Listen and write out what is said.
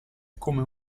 come